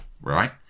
right